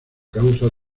causa